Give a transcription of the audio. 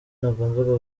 ntagombaga